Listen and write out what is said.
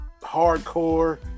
hardcore